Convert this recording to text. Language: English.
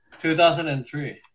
2003